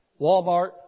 Walmart